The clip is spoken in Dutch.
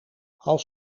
als